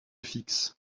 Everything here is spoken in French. fixe